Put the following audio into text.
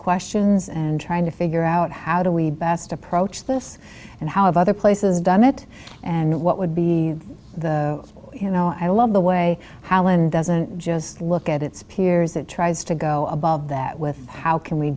questions and trying to figure out how do we best approach this and how of other places done it and what would be the you know i love the way howland doesn't just look at its peers it tries to go above that with how can we